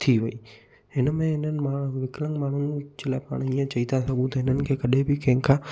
थी वई हिन में हिननि मां विकलांग माण्हुनि जे लाइ पाण चई था सघूं त हिननि खे कॾहिं बि कंहिंखां